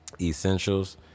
essentials